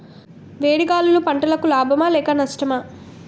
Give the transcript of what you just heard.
వేడి గాలులు పంటలకు లాభమా లేక నష్టమా?